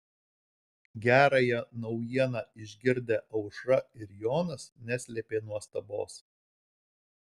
gerąją naujieną išgirdę aušra ir jonas neslėpė nuostabos